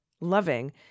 Loving